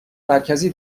مرکزی